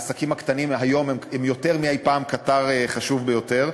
העסקים הקטנים היום הם קטר חשוב ביותר,